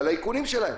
על האיכונים שלהם.